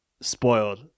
spoiled